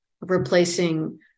replacing